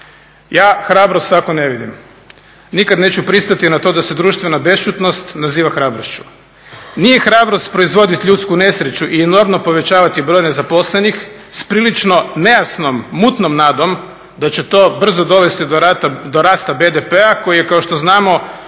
Ja hrabrost takvu ne vidim. Nikad neću pristati na to da se društvena bešćutnost naziva hrabrošću. Nije hrabrost proizvoditi ljudsku nesreću i enormno povećavati broj nezaposlenih s prilično nejasnom mutnom nadom da će to brzo dovesti do rasta BDP-a koji je kao što znamo